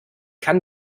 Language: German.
kann